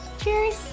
cheers